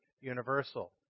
universal